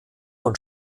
und